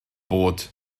bod